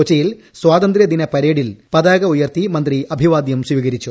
കൊച്ചിയിൽ സ്വാതന്ത്ര്യദിന പരേഡിൽ പതാക ഉയർത്തി മന്ത്രി അഭിവാദ്യം സ്ഥീകരിച്ചു